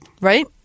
Right